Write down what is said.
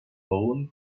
flown